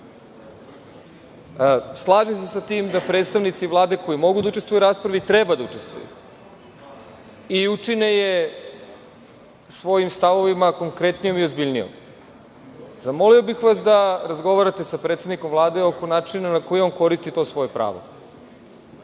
se sa tim da predstavnici Vlade koji mogu da učestvuju u raspravi i treba da učestvuju i učine je svojim stavovima konkretnijom i obziljnijom. Zamolio bih vas da razgovarate sa predsednikom Vlade oko načina na koji on koristi to svoje pravo,